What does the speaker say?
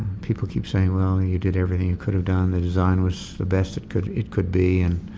people keep saying, well, you did everything you could have done. the design was the best it could it could be and,